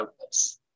purpose